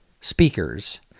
speakers